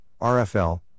RFL